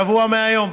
שבוע מהיום,